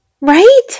right